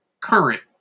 current